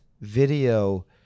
video